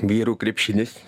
vyrų krepšinis